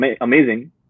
amazing